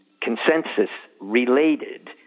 consensus-related